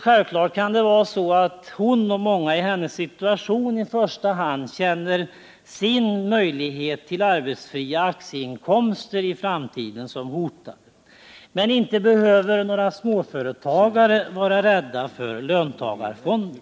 Självfallet kan det vara så att hon och många i hennes situation i första hand känner sin möjlighet att få arbetsfria aktieinkomster i framtiden hotad. Men inte behöver några småföretagare vara rädda för löntagarfonder.